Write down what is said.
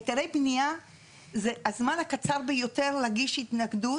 היתרי בנייה זה הזמן הקצר ביותר להגיש התנגדות,